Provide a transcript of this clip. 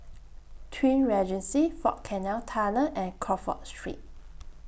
Twin Regency Fort Canning Tunnel and Crawford Street